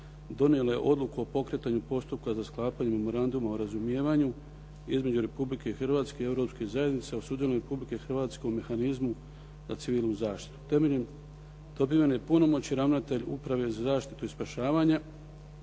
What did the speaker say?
donijela je odluku o pokretanju postupka za sklapanje Memoranduma o razumijevanju između Republike Hrvatske i Europske zajednice o sudjelovanju Republike Hrvatske u mehanizmu za civilnu zaštitu. Temeljem dobivene punomoći, ravnatelj Uprave za zaštitu i spašavanje